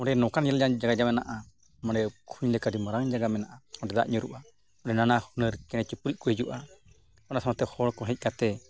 ᱚᱸᱰᱮ ᱱᱚᱝᱠᱟᱱ ᱧᱮᱞᱡᱚᱝ ᱡᱟᱭᱜᱟ ᱢᱮᱱᱟᱜᱼᱟ ᱢᱟᱱᱮ ᱠᱩᱧ ᱞᱮᱠᱟ ᱟᱹᱰᱤ ᱢᱟᱨᱟᱝ ᱡᱟᱭᱜᱟ ᱢᱮᱱᱟᱜᱼᱟ ᱚᱸᱰᱮ ᱫᱟᱜ ᱧᱩᱨᱩᱜᱼᱟ ᱚᱸᱰᱮ ᱱᱟᱱᱟ ᱦᱩᱱᱟᱹᱨ ᱪᱮᱬᱮ ᱪᱤᱯᱨᱩᱫ ᱠᱚ ᱦᱤᱡᱩᱜᱼᱟ ᱚᱱᱟ ᱥᱟᱶᱛᱮ ᱦᱚᱲ ᱠᱚ ᱦᱮᱡ ᱠᱟᱛᱮᱫ